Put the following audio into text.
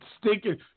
stinking